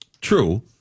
true